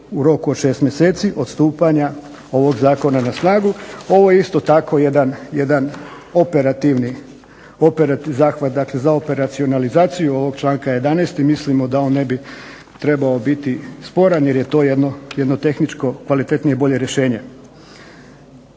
u roku od 6 mjeseci od stupanja ovog zakona na snagu. Ovo je isto tako jedan operativni zahvat, dakle za operacionalizaciju ovog članka 11. i mislimo da on ne bi trebao biti sporan jer je to jedno tehničko, kvalitetnije, bolje rješenje.